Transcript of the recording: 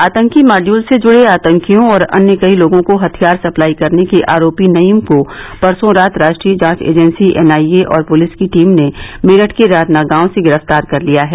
आतंकी मॉडयूल से जुड़े आतंकियों और अन्य कई लोगों को हथियार सप्लाई करने के आरोपी नईम को परसों रात राष्ट्रीय जांच एजेंसी एनआईए और पुलिस की टीम ने मेरठ के राधना गांव से गिरफ्तार कर लिया है